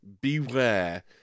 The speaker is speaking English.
beware